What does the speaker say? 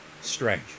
strange